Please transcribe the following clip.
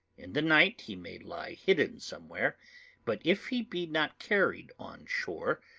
in the night he may lie hidden somewhere but if he be not carried on shore,